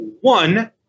one